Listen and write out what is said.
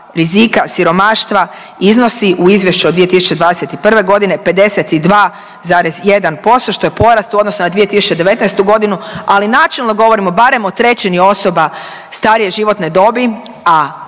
rizika siromaštva iznosi u izvješću od 2021.g. 52,1%, što je porast u odnosu na 2019.g., ali načelno govorimo barem o trećini osoba starije životne dobi, a